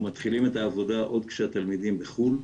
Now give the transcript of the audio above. אנחנו מתחילים את העבודה עוד כשהתלמידים בחו"ל.